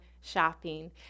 shopping